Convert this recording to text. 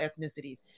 ethnicities